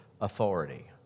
authority